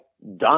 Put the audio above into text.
done